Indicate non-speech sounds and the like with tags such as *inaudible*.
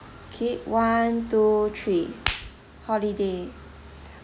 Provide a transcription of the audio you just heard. okay one two three *noise* holiday